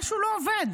משהו לא עובד,